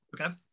Okay